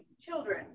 Children